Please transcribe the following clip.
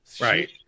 Right